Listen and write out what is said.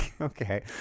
Okay